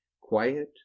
quiet